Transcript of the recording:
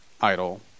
idle